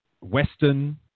western